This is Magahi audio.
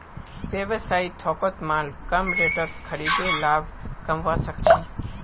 व्यवसायी थोकत माल कम रेटत खरीदे लाभ कमवा सक छी